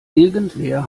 irgendwer